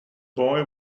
boy